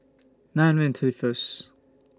nine hundred and thirty First